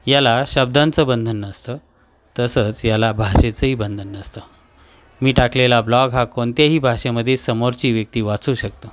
याला शब्दांचं बंधन नसतं तसंच याला भाषेचंही बंधन नसतं मी टाकलेला ब्लॉग हा कोणत्याही भाषेमध्ये समोरची व्यक्ती वाचू शकतो